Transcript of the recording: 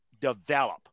develop